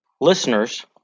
Listeners